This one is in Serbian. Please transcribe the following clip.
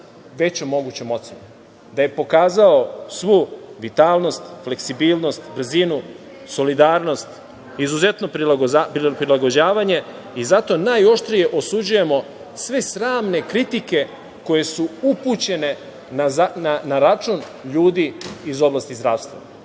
najvećom mogućom ocenom, da je pokazao svu vitalnost, fleksibilnost, brzinu, solidarnost, izuzetno prilagođavanje i zato najoštrije osuđujemo sve sramne kritike koje su upućene na račun ljudi iz oblasti zdravstva